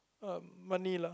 um money lah